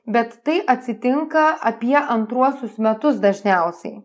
bet tai atsitinka apie antruosius metus dažniausiai